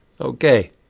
Okay